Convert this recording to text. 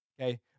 okay